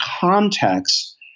context